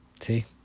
see